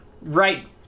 right